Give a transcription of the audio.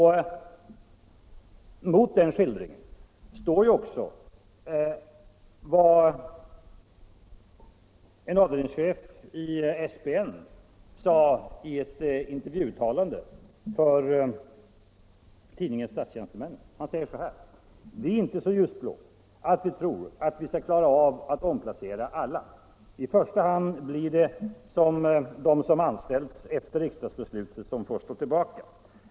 Mot den skildringen står också vad en avdelningschef i SPN sade i ett intervjuuttalande för tidningen Statstjänstemannen: ”Vi är inte så ljusblå att vi tror att vi skall klara av att omplacera alla. I första hand blir det de som anställts efter riksdagsbeslutet som får stå tillbaka.